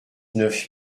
neuf